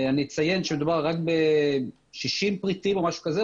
אני אציין שמדובר רק ב-60 פריטים או משהו כזה,